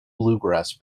bluegrass